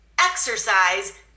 exercise